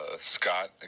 Scott